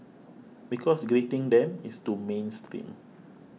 because greeting them is too mainstream